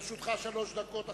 לרשותך שלוש דקות.